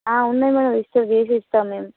ఉన్నాయి madam register చేసి ఇస్తాం మేము